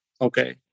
okay